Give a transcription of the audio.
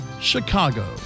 Chicago